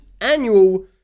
annual